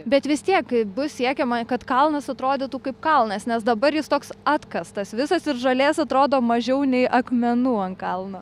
bet vis tiek bus siekiamakad kalnas atrodytų kaip kalnas nes dabar jis toks atkastas visas ir žolės atrodo mažiau nei akmenų ant kalno